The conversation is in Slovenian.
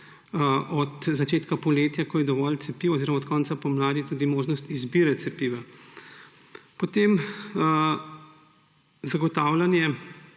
Od začetka poletja, ko je dovolj cepiv oziroma od konca pomladi je tudi možnost izbire cepiva. Potem zagotavljanje